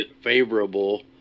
favorable